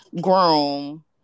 groom